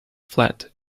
flat